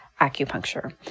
acupuncture